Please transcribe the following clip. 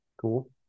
Cool